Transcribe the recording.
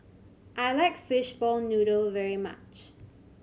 I like fishball noodle very much